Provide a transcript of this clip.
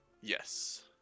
Yes